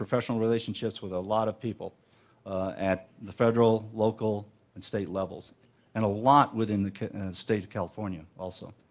professional relationships with a lot of people at the federal, local and state levels and a lot within the state of california, also.